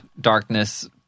darkness